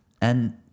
And-